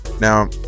Now